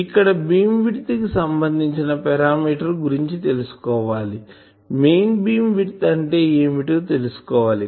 ఇక్కడ beam width సంబందించిన parameter గురించి తెలుసుకోవాలి మెయిన్ బీమ్ విడ్త్ అంటే ఏమిటో తెలుసుకోవాలి